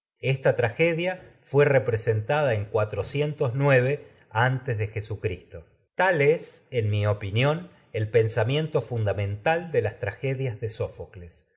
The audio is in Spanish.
esta tragedia fue representada en antes de jesucristo tal es en mi opinión el pensamiento funda mental real de un las tragedias de sófocles